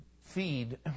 feed